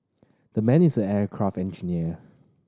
the man is an aircraft engineer